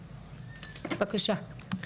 בבקשה.